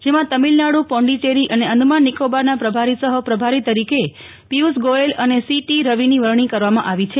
જેમાં તમિલનાડુ પોંડિચેરી અને અંદામાન નિકોબારના પ્રભારી સફ પ્રભારી તરીકે પિયૂષ ગોયલ અને સી ટી રવિની વરણી કરવામાં આવી છે